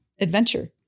adventure